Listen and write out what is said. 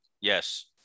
Yes